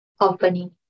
company